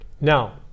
Now